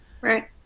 Right